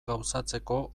gauzatzeko